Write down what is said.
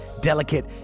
delicate